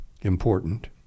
important